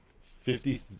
fifty